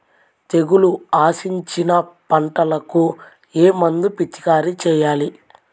తెగుళ్లు ఆశించిన పంటలకు ఏ మందు పిచికారీ చేయాలి?